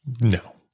No